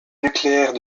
nucléaire